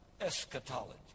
eschatology